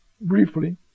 briefly